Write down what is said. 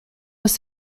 was